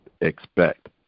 expect